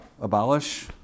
Abolish